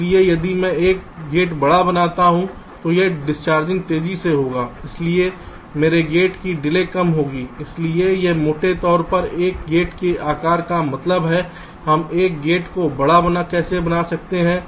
इसलिए यदि मैं एक गेट बड़ा बनाता हूं तो यह डिसचार्जिंग तेजी से होगा इसलिए मेरे गेट की डिले कम होगी इसलिए यह मोटे तौर पर एक गेट के आकार का मतलब है हम एक गेट को बड़ा कैसे बना सकते हैं